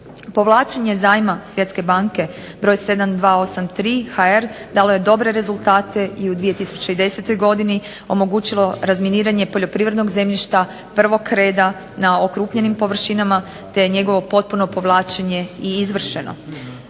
Povlačenje zajma Svjetske banke br. 7283 HR dalo je dobre rezultate i u 2010. godini omogućilo razminiranje poljoprivrednog zemljišta prvog reda na okrupnjenim površinama te je njegovo potpuno povlačenje i izvršeno.